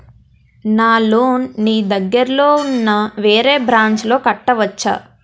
నా లోన్ నీ దగ్గర్లోని ఉన్న వేరే బ్రాంచ్ లో కట్టవచా?